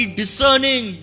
discerning